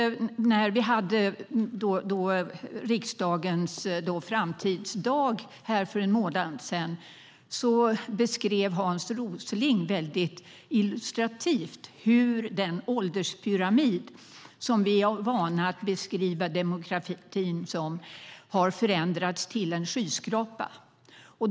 När vi hade riksdagens framtidsdag för en månad sedan beskrev Hans Rosling mycket illustrativt hur den ålderspyramid som vi är vana vid att demografin beskrivs som har förändrats till en skyskrapa.